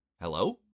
Hello